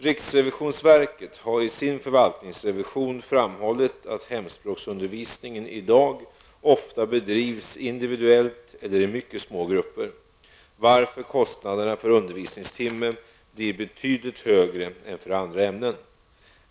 Riksrevisionsverket har i sin förvaltningsrevision framhållit att hemspråksundervisningen i dag ofta bedrivs individuellt eller i mycket små grupper, varför kostnaderna per undervisningstimme blir betydligt högre än för andra ämnen.